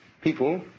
people